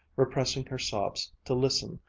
repressing her sobs to listen,